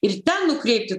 ir ten nukreipti